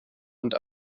und